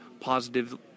positive